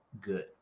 good